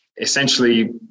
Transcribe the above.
essentially